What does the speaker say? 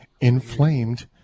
inflamed